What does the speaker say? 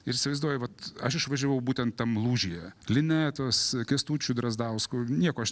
ir įsivaizduoji vat aš išvažiavau būtent tam lūžyje linetos kęstučių drazdauskų nieko aš